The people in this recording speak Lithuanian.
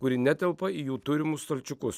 kuri netelpa į jų turimus stalčiukus